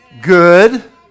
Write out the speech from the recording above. Good